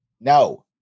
No